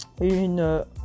une